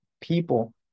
people